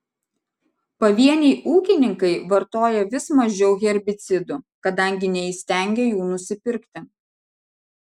pavieniai ūkininkai vartoja vis mažiau herbicidų kadangi neįstengia jų nusipirkti